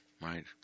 Right